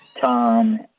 Tom